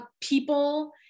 people